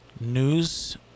news